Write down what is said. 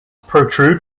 protrude